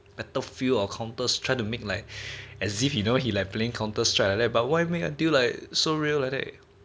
battlefield or counters trying to make like as if you know he playing counter strike like that but why make until like so real like that